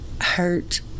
hurt